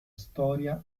storia